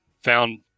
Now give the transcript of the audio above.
Found